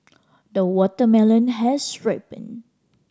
the watermelon has ripened